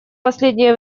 последнее